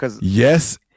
yes